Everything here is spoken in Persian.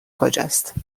کجاست